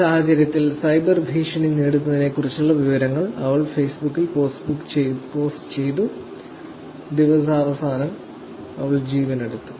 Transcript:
ഈ സാഹചര്യത്തിൽ സൈബർ ഭീഷണി നേരിടുന്നതിനെക്കുറിച്ചുള്ള വിവരങ്ങൾ അവൾ ഫേസ്ബുക്കിൽ പോസ്റ്റ് ചെയ്തു ദിവസാവസാനം അവൾ ജീവൻ എടുത്തു